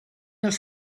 els